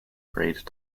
grade